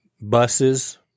buses